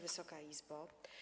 Wysoka Izbo!